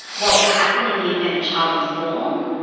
what will happen in the event a child is born,